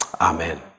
amen